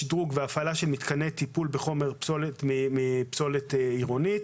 יש שלושה מתקנים לטיפול בחומר מפסולת עירונית